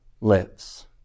lives